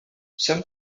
some